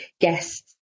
guests